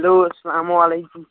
hello اسلامُ علیکُم